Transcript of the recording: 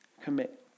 commit